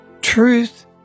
Truth